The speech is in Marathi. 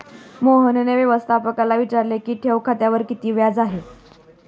मोहनने व्यवस्थापकाला विचारले की ठेव खात्यावर किती व्याज आहे?